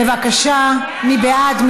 בבקשה, מי בעד?